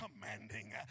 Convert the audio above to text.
commanding